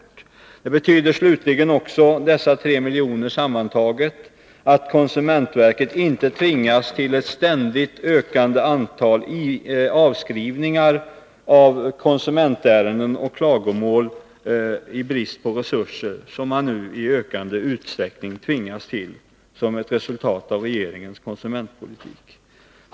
Dessa 3 milj.kr. betyder slutligen också att konsumentverket inte, i brist på resurser, tvingas till ett ständigt ökande antal avskrivningar av konsumentärenden och klagomål, vilket nu är fallet som ett resultat av regeringens konsumentpolitik.